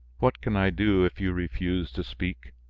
what can i do if you refuse to speak?